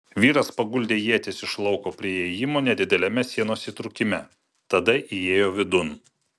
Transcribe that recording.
vyras paguldė ietis iš lauko prie įėjimo nedideliame sienos įtrūkime tada įėjo vidun